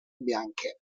bianche